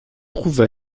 trouve